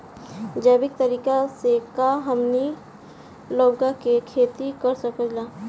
जैविक तरीका से का हमनी लउका के खेती कर सकीला?